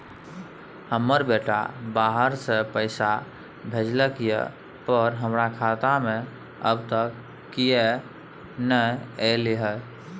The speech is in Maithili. हमर बेटा बाहर से पैसा भेजलक एय पर हमरा खाता में अब तक किये नाय ऐल है?